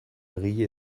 egile